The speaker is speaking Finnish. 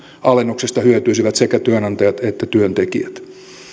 alennuksesta hyötyisivät sekä työnantajat että työntekijät